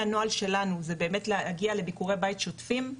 הנוהל שלנו זה באמת להגיע לביקורי בית שוטפים,